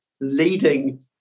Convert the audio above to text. leading